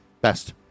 Best